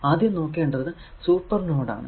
ആദ്യം നോക്കേണ്ടത് super node ആണ്